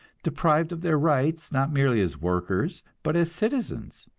deprived of their rights not merely as workers but as citizens.